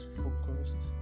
focused